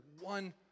one